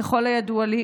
ככל הידוע לי,